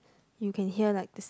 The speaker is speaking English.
you can hear like the